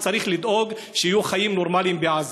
וצריך לדאוג שיהיו חיים נורמליים בעזה.